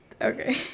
Okay